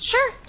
Sure